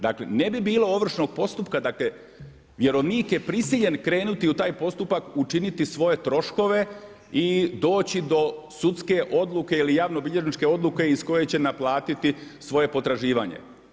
Dakle ne bi bilo ovršnog postupka, dakle vjerovnik je prisiljen krenuti u taj postupak, učiniti svoje troškove i doći do sudske odluke ili javno bilježničke odluke iz koje će naplatiti svoje potraživanje.